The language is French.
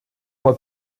mois